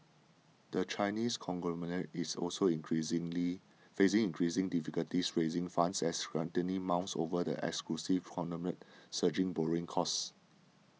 the Chinese conglomerate is also increasing facing increasing difficulties raising funds as scrutiny mounts over the acquisitive conglomerate's surging borrowing costs